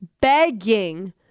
begging